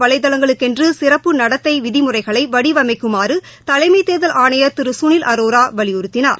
வலைத்தளங்களுக்கென்றுசிற்ப்பு சமூக நடத்தைவிதிமுறைகளைவடிவமைக்குமாறுதலைமைதேர்தல் ஆணையர் திருசுனில் அரோராவலியுறுத்தினார்